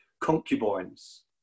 concubines